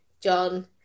john